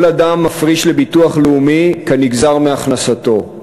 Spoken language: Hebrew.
כל אדם מפריש לביטוח לאומי כנגזר מהכנסתו.